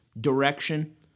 direction